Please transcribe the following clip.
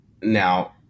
Now